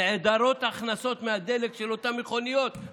נעדרות הכנסות מהדלק של אותן מכוניות.